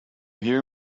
hear